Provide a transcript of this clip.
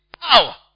power